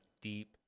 deep